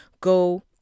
Go